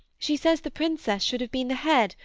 she says the princess should have been the head,